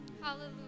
Hallelujah